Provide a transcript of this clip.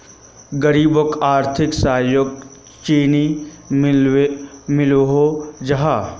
गरीबोक आर्थिक सहयोग चानी मिलोहो जाहा?